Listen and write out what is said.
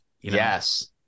Yes